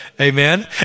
Amen